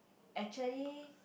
actually